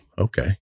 okay